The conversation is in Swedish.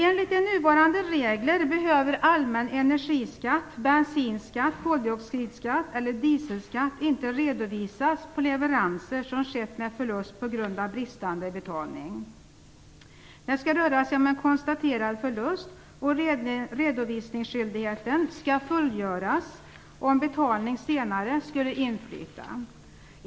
Enligt nuvarande regler behöver allmän energiskatt, bensinskatt, koldioxidskatt eller dieselskatt inte redovisas på leveranser som skett med förlust på grund av bristande betalning. Det skall röra sig om en konstaterad förlust och redovisningsskyldigheten skall fullgöras om betalning senare skulle inflyta.